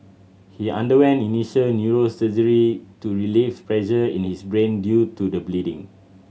he underwent initial neurosurgery to relieve pressure in his brain due to the bleeding